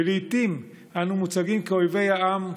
ולעיתים אנו מוצגים כאויבי העם,